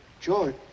George